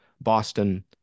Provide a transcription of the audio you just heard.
Boston